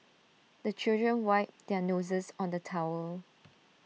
the children wipe their noses on the towel